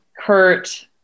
Kurt